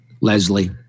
Leslie